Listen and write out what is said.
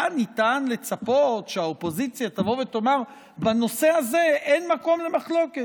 היה ניתן לצפות שהאופוזיציה תבוא ותאמר שבנושא הזה אין מקום למחלוקת.